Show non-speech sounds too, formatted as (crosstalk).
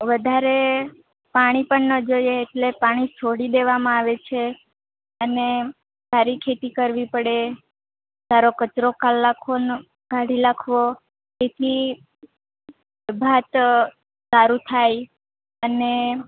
વધારે પાણી પણ ન જોઈએ એટલે પાણી છોડી દેવામાં આવે છે અને સારી ખેતી કરવી પડે સારો કચરો (unintelligible) કાઢી નાખવો તેથી ભાત સારુ થાય અને